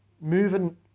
Moving